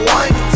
one